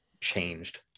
changed